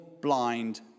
blind